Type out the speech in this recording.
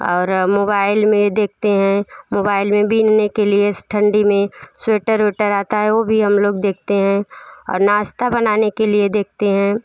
और मोबाइल में देखते हैं मोबाइल में बुनने के लिए इस ठंडी में स्वेटर वेटर आता है वो भी हम लोग देखते हैं और नाश्ता बनाने के लिए देखते हैं